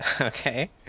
Okay